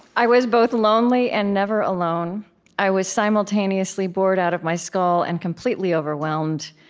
i was both lonely, and never alone i was simultaneously bored out of my skull and completely overwhelmed.